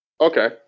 Okay